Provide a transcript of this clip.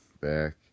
back